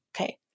okay